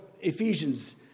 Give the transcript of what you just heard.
Ephesians